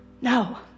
No